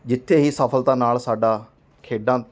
ਜਿੱਥੇ ਹੀ ਸਫਲਤਾ ਨਾਲ ਸਾਡਾ ਖੇਡਾਂ